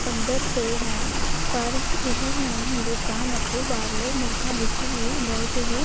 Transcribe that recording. ਪੱਧਰ 'ਤੇ ਹੈ ਪਰ ਇਹ ਹੁਣ ਹਿੰਦੋਸਤਾਨ ਅਤੇ ਬਾਹਰਲੇ ਮੁਲਕਾਂ ਵਿੱਚ ਵੀ ਬਹੁਤ ਹੀ